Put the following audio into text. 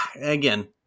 again